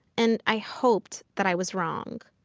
and i hoped that i was wrong.